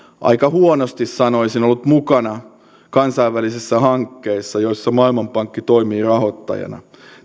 aika huonosti sanoisin ollut mukana kansainvälisissä hankkeissa joissa maailmanpankki toimii rahoittajana